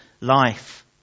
life